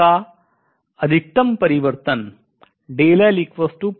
का अधिकतम परिवर्तन हो सकता है